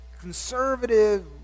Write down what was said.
conservative